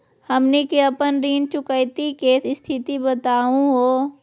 हमनी के अपन ऋण चुकौती के स्थिति बताहु हो?